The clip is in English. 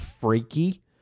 freaky